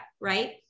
right